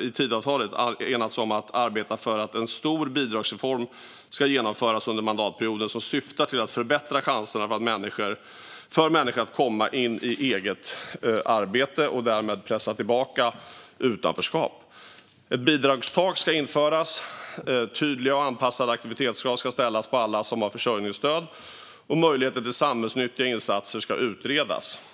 i Tidöavtalet enats om att arbeta för att en stor bidragsreform ska genomföras under mandatperioden som syftar till att förbättra chanserna för människor att komma in i eget arbete och därmed pressa tillbaka utanförskap. Ett bidragstak ska införas, tydliga och anpassade aktivitetskrav ska ställas på alla som har försörjningsstöd och möjligheten till samhällsnyttiga insatser ska utredas.